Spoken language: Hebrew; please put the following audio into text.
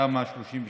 תמ"א 38,